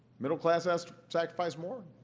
middle class has to sacrifice more.